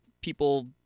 people